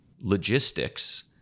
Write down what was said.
logistics